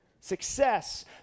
success